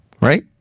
Right